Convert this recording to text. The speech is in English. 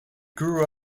grew